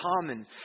common